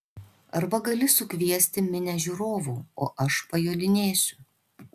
arba gali sukviesti minią žiūrovų o aš pajodinėsiu